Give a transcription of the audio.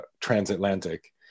transatlantic